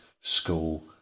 school